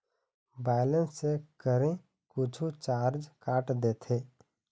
Balance check करें कुछू charge काट देथे?